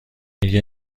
میگه